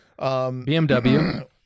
BMW